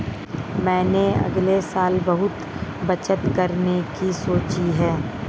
मैंने अगले साल बहुत बचत करने की सोची है